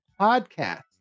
Podcast